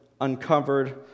uncovered